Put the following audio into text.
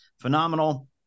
phenomenal